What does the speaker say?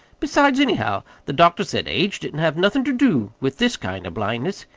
besides anyhow, the doctor said age didn't have nothin' ter do with this kind of blindness.